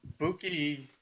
Buki